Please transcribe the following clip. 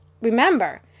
remember